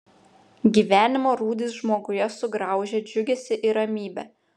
gyvenimo rūdys žmoguje sugraužia džiugesį ir ramybę